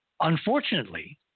Unfortunately